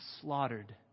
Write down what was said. slaughtered